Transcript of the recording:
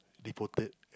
deported